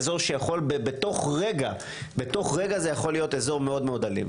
בתוך רגע זה יכול להיות אזור מאוד אלים.